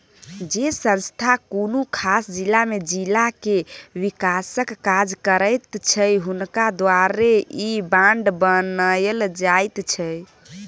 जे संस्था कुनु खास जिला में जिला के विकासक काज करैत छै हुनका द्वारे ई बांड बनायल जाइत छै